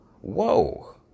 Whoa